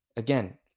Again